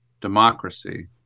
democracy